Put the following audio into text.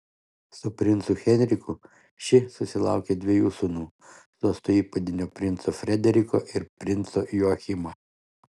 su princu henriku ši susilaukė dviejų sūnų sosto įpėdinio princo frederiko ir princo joachimo